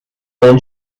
اون